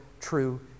true